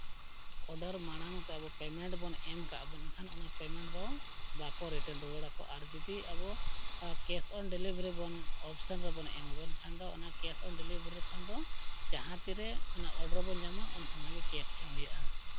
order ᱢᱟᱲᱟᱝ ᱛᱮ ᱟᱵᱚ ᱯᱮᱢᱮᱱᱴ ᱵᱚᱱ ᱮᱢ ᱠᱟᱜᱼᱟ ᱵᱚᱱ ᱢᱮᱱᱠᱷᱟᱱ ᱚᱱᱟ ᱯᱮᱢᱮᱱᱴ ᱫᱚ ᱵᱟᱠᱚ ᱨᱤᱴᱟᱨᱱ ᱨᱩᱣᱟᱹᱲᱟᱠᱚ ᱟᱨ ᱡᱩᱫᱤ ᱟᱵᱚ ᱠᱮᱥ ᱚᱱ ᱰᱮᱞᱤᱵᱷᱟᱹᱨᱤ ᱵᱚᱱ ᱚᱯᱥᱮᱱ ᱨᱮᱵᱚᱱ ᱮᱢ ᱟᱵᱚᱱ ᱮᱱᱠᱷᱟᱱ ᱫᱚ ᱚᱱᱟ ᱠᱮᱥ ᱚᱱ ᱰᱮᱞᱤᱵᱷᱟᱹᱨᱤ ᱨᱮ ᱠᱷᱟᱱ ᱫᱚ ᱡᱟᱦᱟᱸ ᱛᱤᱨᱮ ᱚᱱᱟ ᱚᱰᱟᱨ ᱵᱚᱱ ᱧᱟᱢᱟ ᱩᱱ ᱥᱚᱢᱚᱭ ᱜᱮ ᱠᱮᱥ ᱮᱢ ᱦᱩᱭᱩᱜᱼᱟ